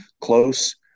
close